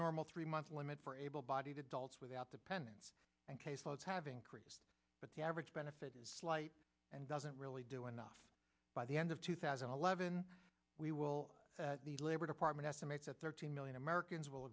normal three month limit for able bodied adults without the pendants and case folks have increased but the average benefit is slight and doesn't really do enough by the end of two thousand and eleven we will the labor department estimates at thirteen million americans will